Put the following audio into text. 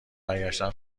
برگشتن